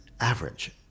average